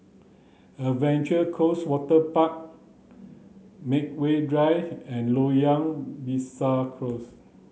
Adventure Cost Waterpark Medway Drive and Loyang Besar Close